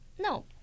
no